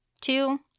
Two